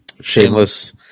shameless